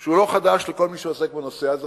שהוא לא חדש לכל מי שעוסק בנושא הזה,